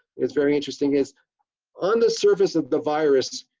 it's very interesting, is on the surface of the virus,